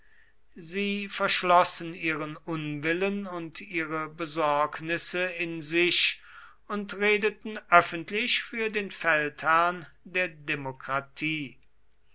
sie verschlossen ihren unwillen und ihre besorgnisse in sich und redeten öffentlich für den feldherrn der demokratie